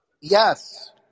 Yes